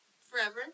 Forever